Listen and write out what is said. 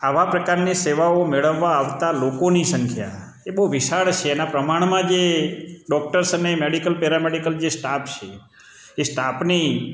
આવા પ્રકારની સેવાઓ મેળવવા આવતા લોકોની સંખ્યા એ બહુ વિશાળ છે એના પ્રમાણમાં જે ડોક્ટર્સ અને મેડિકલ પેરામેડિકલ જે સ્ટાફ છે એ સ્ટાફની